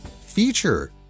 feature